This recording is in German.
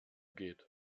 geht